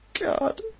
God